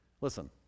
Listen